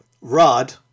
Rod